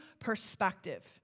perspective